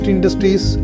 Industries